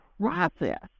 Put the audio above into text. process